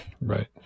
Right